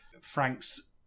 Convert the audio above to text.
Franks